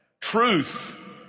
Truth